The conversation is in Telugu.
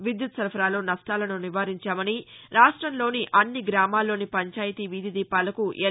విద్యుత్ సరఫరాలో సష్టాలను నివారించామని రాష్టంలోని అన్ని గ్రామల్లోని పంచాయతి వీధి దీపాలకు ఎల్